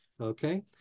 Okay